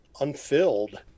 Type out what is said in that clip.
unfilled